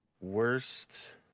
worst